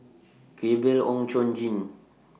Gabriel Oon Chong Jin